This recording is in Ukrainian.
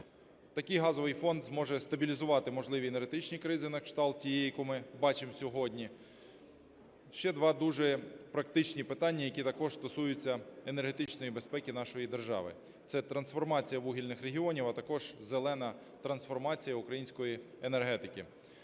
Такий газовий фонд зможе стабілізувати можливі енергетичні кризи на кшталт тієї, яку ми бачимо сьогодні. Ще два дуже практичні питання, які також стосуються енергетичної безпеки нашої держави – це трансформація вугільних регіонів, а також зелена трансформація української енергетики.